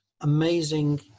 amazing